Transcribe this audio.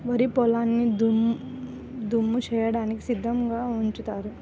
వరి పొలాల్ని దమ్ము చేయడానికి సిద్ధంగా ఉంచారు